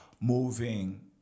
moving